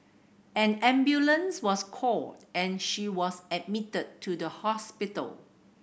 an ambulance was called and she was admitted to the hospital